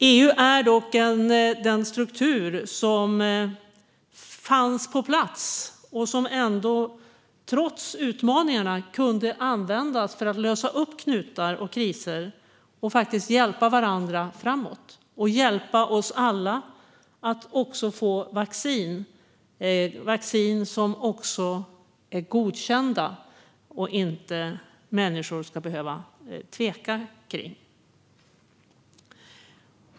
EU är dock den struktur som fanns på plats och som trots utmaningarna kunde användas för att lösa knutar och kriser så att vi faktiskt kunde hjälpa varandra framåt och hjälpa oss alla att få vaccin - vaccin som är godkända så att människor inte ska behöva tveka inför dem.